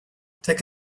take